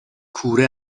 کوره